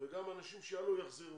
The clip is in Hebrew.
וגם אנשים שיעלו יחזרו.